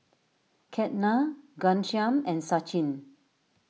Ketna Ghanshyam and Sachin